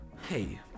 hey